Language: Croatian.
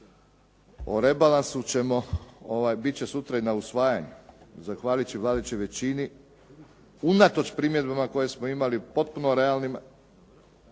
O rebalansu ćemo, bit će sutra i na usvajanju zahvaljujući vladajućoj većini unatoč primjedbama koje smo imali potpuno realnima